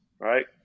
right